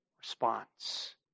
response